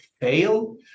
fail